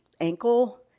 ankle